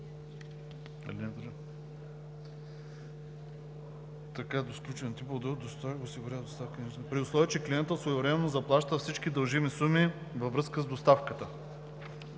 при условие че клиентът своевременно заплаща всички дължими суми във връзка с доставката.